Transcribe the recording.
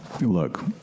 Look